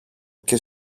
και